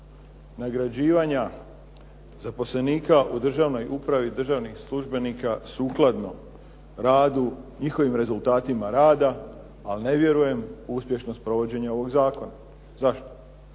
nagrađivanja zaposlenika u državnoj upravi državnih službenika sukladno radu, njihovim rezultatima rada, ali ne vjerujem u uspješnost provođenja ovog zakona. Zašto?